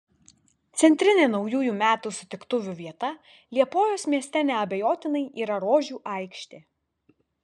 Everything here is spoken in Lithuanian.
centrinė naujųjų metų sutiktuvių vieta liepojos mieste neabejotinai yra rožių aikštė